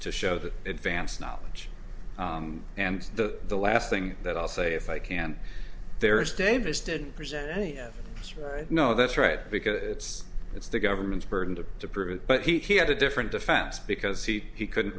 to show that advance knowledge and the the last thing that i'll say if i can there is davis didn't present any of this right no that's right because it's it's the government's burden to to prove but he had a different defense because he couldn't